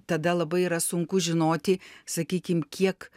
tada labai yra sunku žinoti sakykim kiek